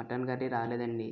mutton curry రాలేదండీ